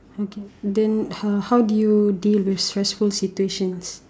okay then uh how how do you deal with stressful situations